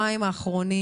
השבועיים האחרונים,